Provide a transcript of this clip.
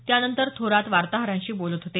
त्यानंतर थोरात वार्ताहरांशी बोलत होते